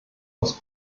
aus